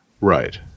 Right